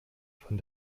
von